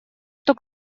что